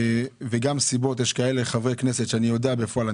וגם יש כאלה חברי כנסת שאני יודע בפועל,